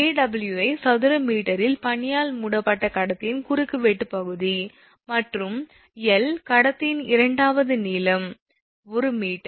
𝐴𝑤𝑖 சதுர மீட்டரில் பனியால் மூடப்பட்ட கடத்தியின் குறுக்குவெட்டுப் பகுதி மற்றும் 𝑙 கடத்தியின் இரண்டாவது நீளம் 1 மீட்டர்